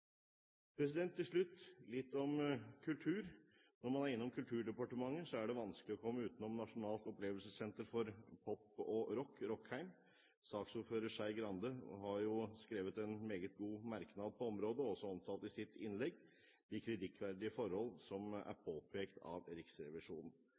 Til slutt litt om kultur. Når man er innom Kulturdepartementet, er det vanskelig å komme utenom Det nasjonale opplevelsessenteret for pop og rock – Rockheim. Saksordfører Skei Grande har jo skrevet en meget god merknad på området og har også omtalt i sitt innlegg de kritikkverdige forhold som er